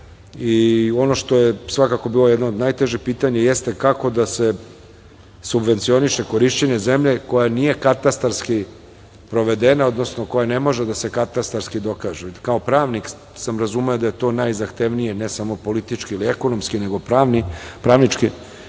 fond. Ono što je bilo jedno od najtežih pitanja jeste kako da se subvencioniše korišćenje zemlje, koja nije katastarski provedena, odnosno koja ne može da se katastarski dokaže. Kao pravnik sam razumeo da je to najzahtevnije, ne samo politički ili ekonomski, nego pravnički,